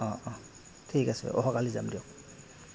অঁ অঁ ঠিক আছে অহাকালি যাম দিয়ক